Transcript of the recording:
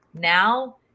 now